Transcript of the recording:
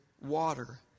water